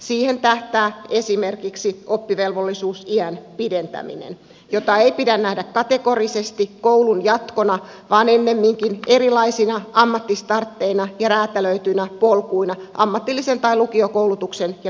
siihen tähtää esimerkiksi oppivelvollisuusiän pidentäminen jota ei pidä nähdä kategorisesti koulun jatkona vaan ennemminkin erilaisina ammattistartteina ja räätälöityinä polkuina ammatillisen tai lukiokoulutuksen ja peruskoulun välillä